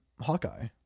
Hawkeye